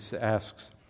asks